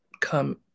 come